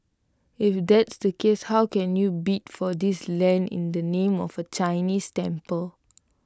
if that's the case how can you bid for this land in the name of A Chinese temple